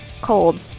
Cold